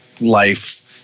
life